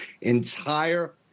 entire